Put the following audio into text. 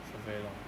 for very long